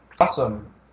Awesome